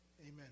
Amen